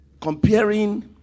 comparing